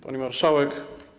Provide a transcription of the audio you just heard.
Pani Marszałek!